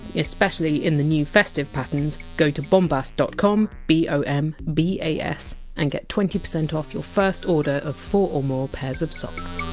especially in the new festive patterns go to bombas dot com b o m b a s and get twenty percent off your first order of four or more pairs of socks